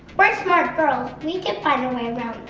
like smart girls, we can find a way and